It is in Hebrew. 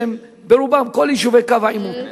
שהם ברובם כל יישובי קו העימות.